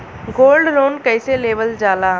Gold loan कईसे लेवल जा ला?